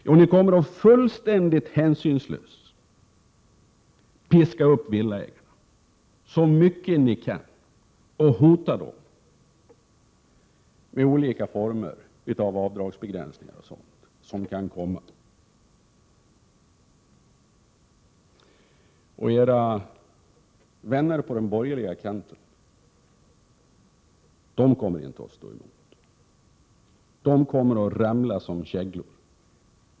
Jo, ni kommer att fullständigt hänsynslöst piska upp stämningen hos villaägarna så mycket ni kan och hota dem med olika former av avdragsbegränsningar och Prot. 1987/88:110 annat som kan komma. Era vänner på den borgerliga kanten kommer inte att 28 april 1988 kunna stå emot. De kommer att ramla som käglor.